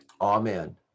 Amen